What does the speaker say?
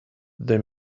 they